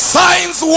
signs